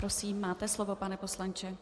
Prosím, máte slovo, pane poslanče.